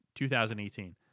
2018